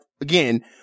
again